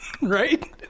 right